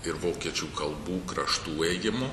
ir vokiečių kalbų kraštų ėjimu